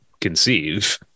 conceive